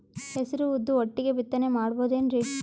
ಹೆಸರು ಉದ್ದು ಒಟ್ಟಿಗೆ ಬಿತ್ತನೆ ಮಾಡಬೋದೇನ್ರಿ?